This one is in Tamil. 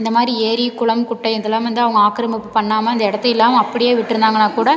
இந்த மாதிரி ஏரி குளம் குட்டை இதெல்லாம் வந்து அவங்க ஆக்கிரமிப்பு பண்ணாமல் இந்த இடத்த எல்லாம் அப்படியே விட்டுருந்தாங்கன்னா கூட